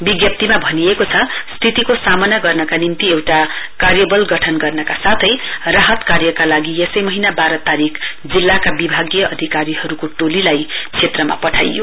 विज्ञप्तीमा भनिएको छ स्थितिको सामना गर्न निम्ति एउटा कार्यवल गठन गर्नका साथै राहत कार्यका लागि यसै महीना वाह्व तारीक जिल्लाका विभागीय अधिकारीहरुको टोलीलाई श्रेत्रमा पठाइयो